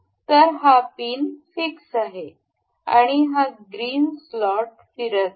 तर हा pin fix आहे आणि हा ग्रीन स्लॉट फिरत आहे